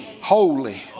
holy